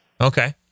Okay